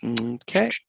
Okay